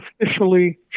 officially